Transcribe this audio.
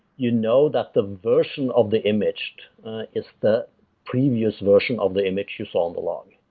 you know that the version of the image is the previous version of the image you saw on the log.